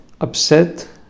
upset